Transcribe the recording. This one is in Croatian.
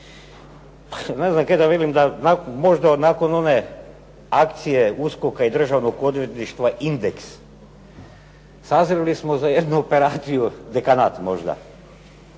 Ne znam kaj da velim, da možda nakon one akcije USKOk-a i Državnog odvjetništva, "Indeks", sazreli smo za jednu operaciju, dekanat možda